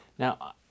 Now